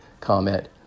comment